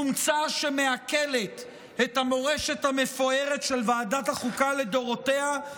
חומצה שמאכלת את המורשת המפוארת של ועדת החוקה לדורותיה,